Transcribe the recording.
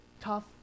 tough